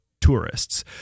tourists